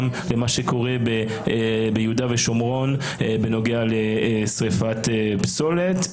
למה שקורה ביהודה ושומרון בנוגע לשריפת פסולת,